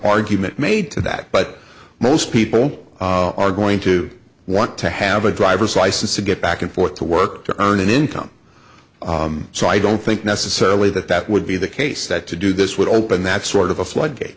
argument made to that but most people are going to want to have a driver's license to get back and forth to work to earn an income so i don't think necessarily that that would be the case that to do this would open that sort of a floodgate